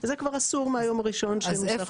זה כבר אסור מהיום הראשון -- אז איפה